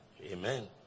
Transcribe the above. Amen